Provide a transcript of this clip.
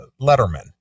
letterman